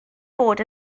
fod